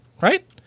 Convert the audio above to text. Right